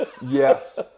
Yes